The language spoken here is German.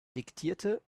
diktierte